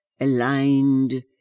aligned